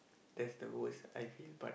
that's the worst I feel but